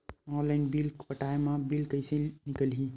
Online bill पटाय मा bill कइसे निकलही?